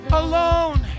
alone